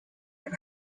and